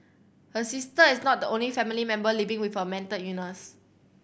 her sister is not the only family member living with a mental illness